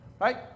Right